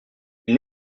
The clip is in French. une